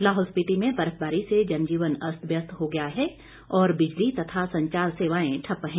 लाहौल स्पिति में बर्फबारी से जनजीवन अस्त व्यस्त हो गया है और बिजली तथा संचार सेवाएं ठप्प है